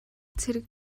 цэрэг